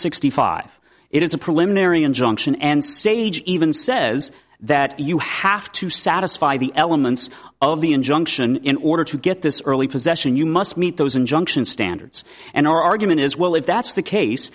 sixty five it is a preliminary injunction and sage even says that you have to satisfy the elements of the injunction in order to get this early possession you must meet those injunction standards and our argument is well if that's the case